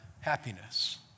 happiness